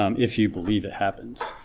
um if you believe it happened,